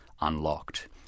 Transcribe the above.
unlocked